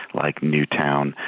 like newtown,